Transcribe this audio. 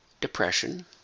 depression